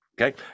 Okay